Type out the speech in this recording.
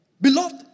Beloved